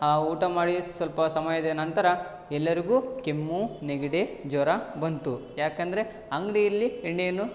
ಆ ಊಟ ಮಾಡಿದ ಸ್ವಲ್ಪ ಸಮಯದ ನಂತರ ಎಲ್ಲರಿಗೂ ಕೆಮ್ಮು ನೆಗ್ಡಿ ಜ್ವರ ಬಂತು ಯಾಕಂದರೆ ಅಂಗಡಿಯಲ್ಲಿ ಎಣ್ಣೆಯನ್ನು